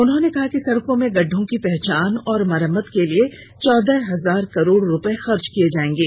उन्होंने कहा कि सड़कों में गड्ढों की पहचान और मरम्मत के लिए चौदह हजार करोड़ रुपये खर्च किए जाएंगे